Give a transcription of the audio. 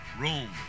Rome